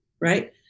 right